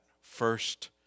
first